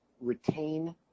retain